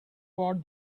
about